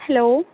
hello